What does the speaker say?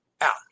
out